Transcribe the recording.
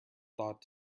thought